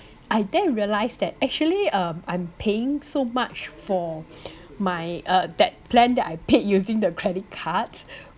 I then realized that actually um I'm paying so much for my uh that plan that I paid using the credit cards